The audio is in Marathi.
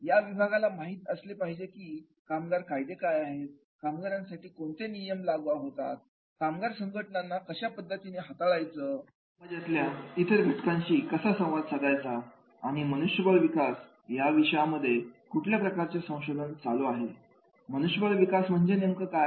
या विभागाला माहिती असले पाहिजे की कामगार कायदे काय आहेत कामगारांसाठी कोणते नियम लागू होतात कामगार संघटनांना कशा पद्धतीने हाताळायचं समाजातल्या इतर घटकांशी कसा संवाद साधायचा आणि मनुष्यबळ विकास या विषयांमध्ये कुठल्या प्रकारचे संशोधन चालू आहे मनुष्यबळ विकास म्हणजे नेमकं काय